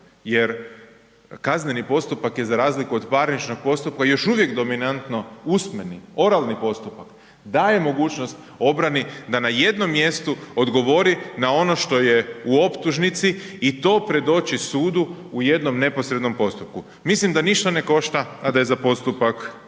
jer kazneni postupak je za razliku od parničnog postupka još uvijek dominantno usmeni, oralni postupak, daje mogućnost obrani da na jednom mjestu odgovori na ono što je u optužnici i to predoči sudu u jednom neposrednom postupku. Mislim da ništa ne košta a da je za postupak